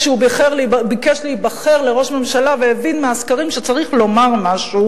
כשהוא ביקש להיבחר לראש ממשלה והבין מהסקרים שצריך לומר משהו,